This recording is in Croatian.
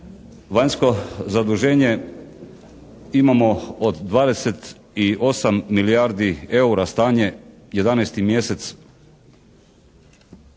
vanjsko zaduženje imamo od 28 milijardi eura stanje 11. mjesec